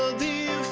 the